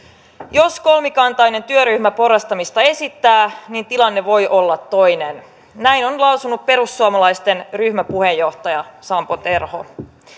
jos kolmikantainen työryhmä porrastamista esittää niin tilanne voi olla toinen näin on lausunut perussuomalaisten ryhmäpuheenjohtaja sampo terho